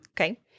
Okay